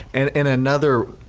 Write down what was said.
and and another